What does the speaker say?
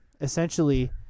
essentially